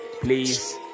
Please